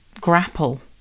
grapple